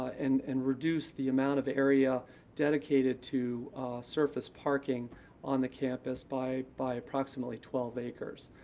and and reduce the amount of area dedicated to surface parking on the campus by by approximately twelve acres.